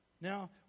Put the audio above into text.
Now